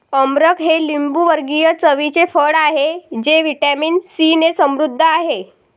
अमरख हे लिंबूवर्गीय चवीचे फळ आहे जे व्हिटॅमिन सीने समृद्ध आहे